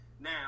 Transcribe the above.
Now